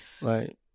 Right